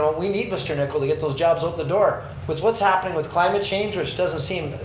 we need mr. nicoll to get those jobs out the door. with what's happening with climate change which doesn't seem,